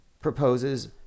proposes